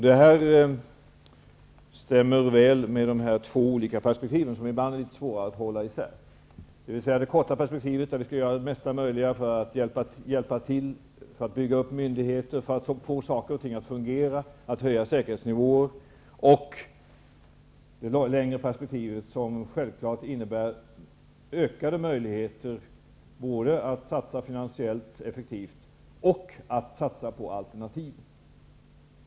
Detta stämmer med de två olika perspektiven, som ibland är litet svåra att hålla isär: det korta perspektivet där vi skall göra mesta möjliga för att hjälpa till att bygga upp myndigheter, få saker och ting att fungera och höja säkerhetsnivåer, och det längre perspektivet, som självfallet innebär ökade möjligheter både att satsa finansiellt effektivt och att satsa på alternativ.